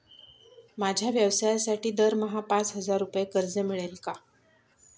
माझ्या व्यवसायासाठी दरमहा पाच हजार रुपये कर्ज मिळेल का?